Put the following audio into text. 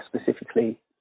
specifically